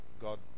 God